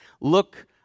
Look